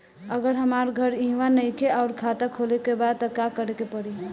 अगर हमार घर इहवा नईखे आउर खाता खोले के बा त का करे के पड़ी?